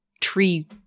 tree